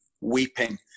weeping